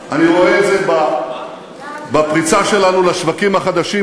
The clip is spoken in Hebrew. אני רואה את זה בפריצה שלנו לשווקים החדשים,